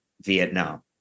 Vietnam